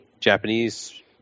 Japanese